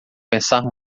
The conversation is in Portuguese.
pensar